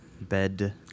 Bed